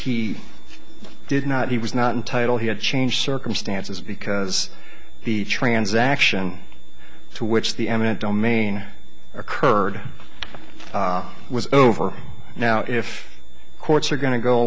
he did not he was not entitle he had changed circumstances because the transaction to which the eminent domain occurred was over now if courts are going to go